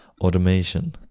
automation